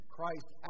Christ